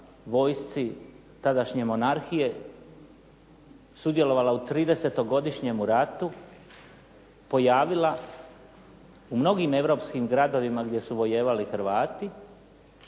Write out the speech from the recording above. vojsci tadašnje monarhije sudjelovala u 30-godišnjemu ratu, pojavila u mnogim europskim gradovima gdje su vojevali Hrvati,